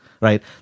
right